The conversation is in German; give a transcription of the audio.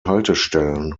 haltestellen